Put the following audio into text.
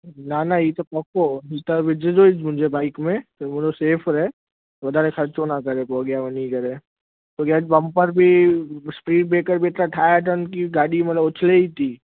न न ही त पक्को ही त विझिजो ई जि मुंहिंजे बाईक में पूरो सेफ़ रहे वधारे ख़र्चो न करे पोइ अॻियां वञी करे छो की अॼु बम्पर बि स्पीड ब्रेकर बि त ठाहिया अथनि की गाॾी मतिलबु उछिले ई थी